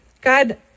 God